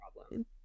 problem